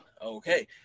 Okay